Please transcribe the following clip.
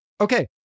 Okay